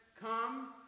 come